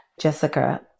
jessica